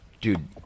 Dude